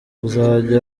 uzajya